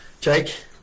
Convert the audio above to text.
Jake